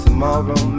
Tomorrow